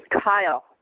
Kyle